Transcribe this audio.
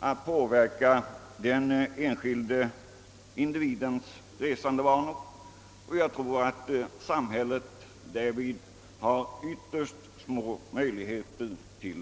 att påverka den enskilde individens resvanor är riktigt och att samhället därvidlag har ytterst små möjligheter.